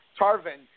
Tarvin